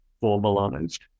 formalized